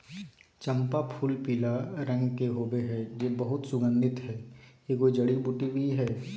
चम्पा फूलपीला रंग के होबे हइ जे बहुत सुगन्धित हइ, एगो जड़ी बूटी भी हइ